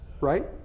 right